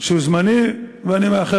חברי